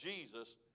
Jesus